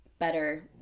better